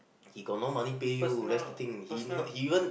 he got no money pay you that's the thing he he even